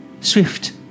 swift